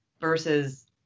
versus